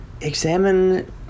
examine